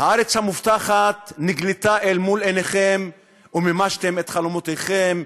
הארץ המובטחת נגלתה אל מול עיניכם ומימשתם את חלומותיכם,